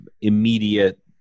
immediate